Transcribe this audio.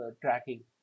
tracking